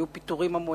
היו פיטורים המוניים,